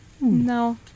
no